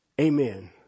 Amen